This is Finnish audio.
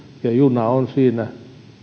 ja juna on siinä